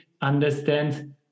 understand